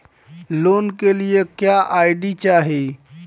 Loan के लिए क्या आई.डी चाही?